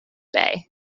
bay